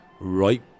right